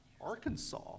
Arkansas